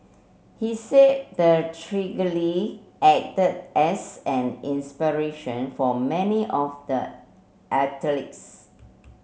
he said the acted as an inspiration for many of the athletes